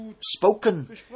spoken